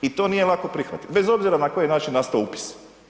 I to nije lako prihvatiti bez obzira na koji način je nastao upis.